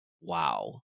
wow